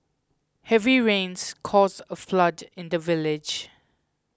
heavy rains caused a flood in the village